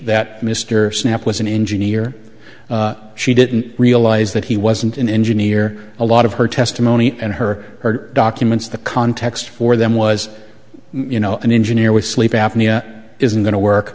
that mr snapp was an engineer she didn't realize that he wasn't an engineer a lot of her testimony and her documents the context for them was you know an engineer with sleep apnea isn't going to work